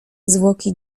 zwłoki